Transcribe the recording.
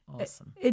Awesome